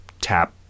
tap